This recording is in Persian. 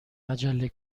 عجله